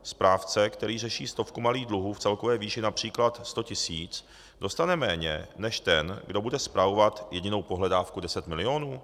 Správce, který řeší stovku malých dluhů v celkové výši například sto tisíc, dostane méně než ten, kdo bude spravovat jedinou pohledávku deset milionů?